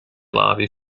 larvae